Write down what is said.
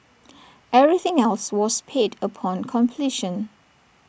everything else was paid upon completion